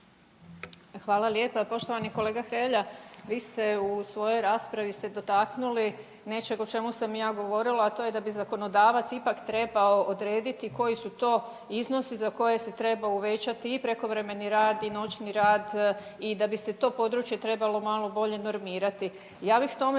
Hvala lijepa. Poštovani kolega Hrelja, vi ste se u svojoj raspravi dotaknuli nečeg o čemu sam ja govorila, a to je da bi zakonodavac ipak trebao odrediti koji su to iznosi za koje se treba uvećati i prekovremeni rad i noćni rad i da bi se to područje trebalo malo bolje normirati.